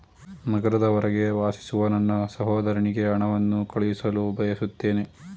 ನಗರದ ಹೊರಗೆ ವಾಸಿಸುವ ನನ್ನ ಸಹೋದರನಿಗೆ ಹಣವನ್ನು ಕಳುಹಿಸಲು ಬಯಸುತ್ತೇನೆ